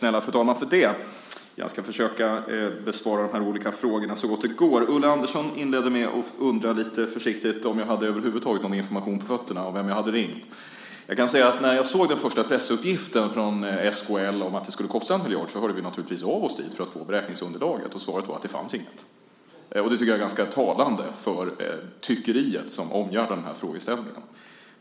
Fru talman! Jag ska försöka besvara de olika frågorna så gott det går. Ulla Andersson undrade om jag alls hade tillgång till någon information och vem jag hade ringt. När jag såg den första uppgiften från SKL om att det skulle kosta 1 miljard hörde vi naturligtvis av oss för att få beräkningsunderlaget. Svaret blev att det inte fanns något. Detta är ganska betecknande för det tyckeri som omgärdar den här frågan.